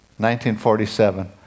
1947